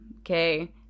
okay